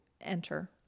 enter